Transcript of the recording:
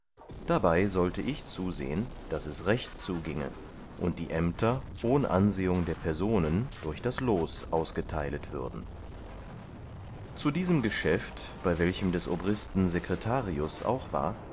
dabei sollte ich zusehen daß es recht zugienge und die ämter ohn ansehung der personen durch das los ausgeteilet würden zu diesem geschäft bei welchem des obristen sekretarius auch war